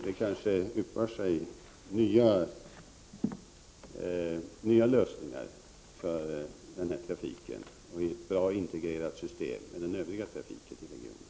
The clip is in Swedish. Det kanske yppar sig nya lösningar för den här trafiken, i ett bra, integrerat system med den övriga trafiken i regionen.